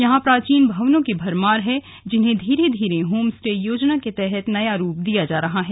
यहां प्राचीन भवनों की भरमार है जिन्हें धीरे धीरे होम स्टे योजना के तहत नया रूप दिया जा रहा है